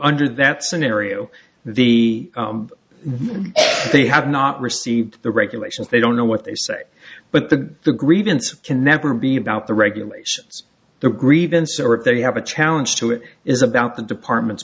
under that scenario the they have not received the regulations they don't know what they say but the the grievance can never be about the regulations the grievance or if they have a challenge to it is about the department